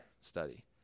study